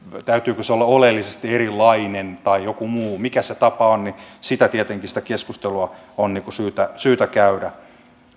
täytyykö sen olla oleellisesti erilainen tai joku muu mikä se tapa on niin sitä keskusteltua tietenkin on syytä syytä käydä